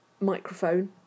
microphone